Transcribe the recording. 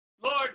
Lord